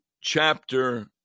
chapter